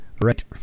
Right